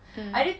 mm